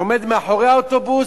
היא עומדת מאחורי האוטובוס,